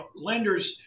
lenders